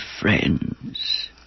friends